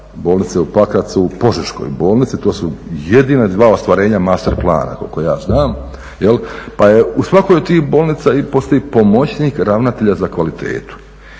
bolnice u Pakracu požeškoj bolnici. To su jedina dva ostvarenja master plana koliko ja znam, pa je u svakoj od tih bolnica postoji i pomoćnik ravnatelja za kvalitetu.